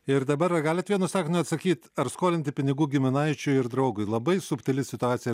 ir dabar ar galit vienu sakiniu atsakyt ar skolinti pinigų giminaičiui ir draugui labai subtili situacija